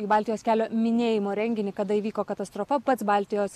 į baltijos kelio minėjimo renginį kada įvyko katastrofa pats baltijos